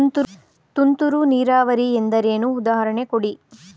ತುಂತುರು ನೀರಾವರಿ ಎಂದರೇನು, ಉದಾಹರಣೆ ಕೊಡಿ?